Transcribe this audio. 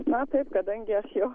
na taip kadangi aš jau